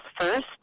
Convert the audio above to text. first